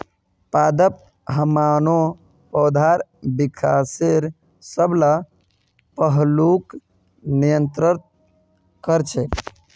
पादप हार्मोन पौधार विकासेर सब ला पहलूक नियंत्रित कर छेक